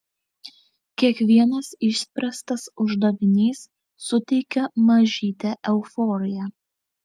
kiekvienas išspręstas uždavinys suteikia mažytę euforiją